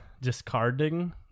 discarding